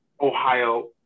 Ohio